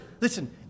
Listen